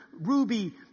ruby